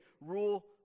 rule